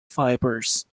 fibers